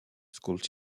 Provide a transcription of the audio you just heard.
school